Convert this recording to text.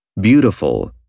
Beautiful